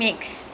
ya